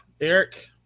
Eric